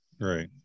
Right